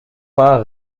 pas